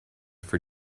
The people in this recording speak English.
for